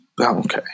Okay